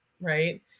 right